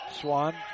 Swan